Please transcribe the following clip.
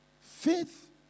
faith